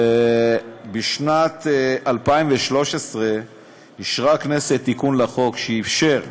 ובשנת 2013 אישרה הכנסת תיקון לחוק שאפשר למשרד,